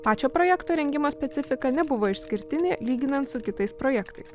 pačio projekto rengimo specifika nebuvo išskirtinė lyginant su kitais projektais